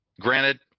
Granted